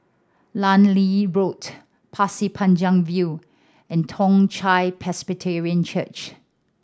Lee Road Pasir Panjang View and Toong Chai Presbyterian Church